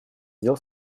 дел